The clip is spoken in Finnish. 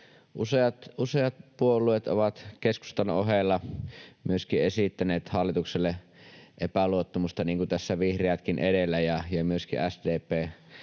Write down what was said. useat puolueet ovat keskustan ohella myöskin esittäneet hallitukselle epäluottamusta, niin kuin tässä vihreätkin edellä ja myöskin SDP,